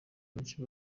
benshi